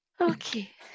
Okay